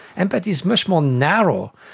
empathy is much more narrow.